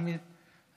חבר הכנסת עמית הלוי,